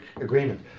agreement